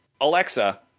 Alexa